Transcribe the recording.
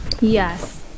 Yes